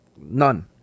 none